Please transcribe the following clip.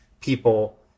people